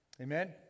Amen